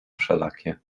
wszelakie